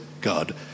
God